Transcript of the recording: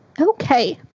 Okay